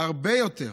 הרבה יותר,